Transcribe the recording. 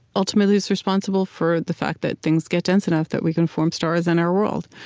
ultimately is responsible for the fact that things get dense enough that we can form stars in our world.